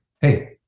Hey